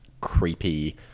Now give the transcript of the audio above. creepy